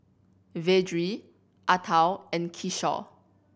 Vedre Atal and Kishore